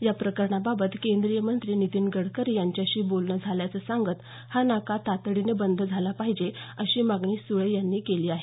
या प्रकरणाबाबत केंद्रीय मंत्री नितीन गडकरी यांच्याशी बोलणं झाल्याचं सांगत हा नाका तातडीनं बंद झाला पाहिजे अशी मागणी सुळे यांनी केली आहे